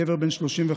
גבר בן 35,